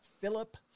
Philip